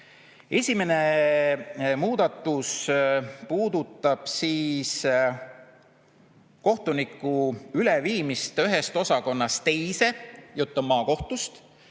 Esimene muudatus puudutab kohtuniku üleviimist ühest osakonnast teise, jutt on maakohtust.